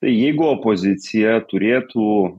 tai jeigu opozicija turėtų